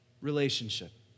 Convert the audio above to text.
Relationship